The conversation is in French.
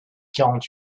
quarante